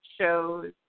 shows